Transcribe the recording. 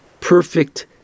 perfect